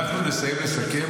אנחנו נסיים לסכם,